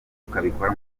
tukabikora